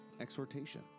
exhortation